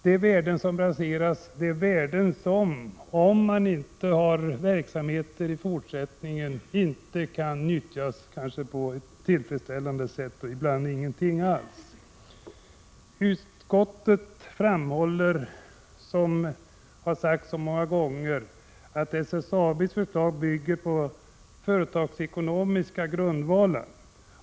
Om man inte fortsätter verksamheten, kan vissa värden kanske inte nyttjas tillfredsställande, ibland inte alls. Utskottet framhåller, vilket har sagts många gånger, att SSAB:s förslag bygger på företagsekonomiska grundvalar.